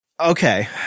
Okay